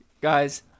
Guys